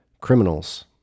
criminals